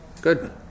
good